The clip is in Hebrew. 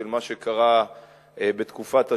של מה שקרה בתקופת השואה.